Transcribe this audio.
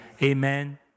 Amen